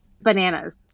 bananas